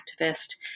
activist